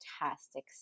fantastic